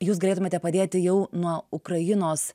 jūs galėtumėte padėti jau nuo ukrainos